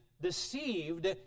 deceived